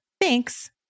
Thanks